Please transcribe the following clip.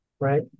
right